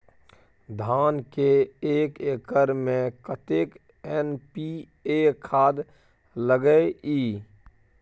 धान के एक एकर में कतेक एन.पी.ए खाद लगे इ?